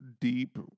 deep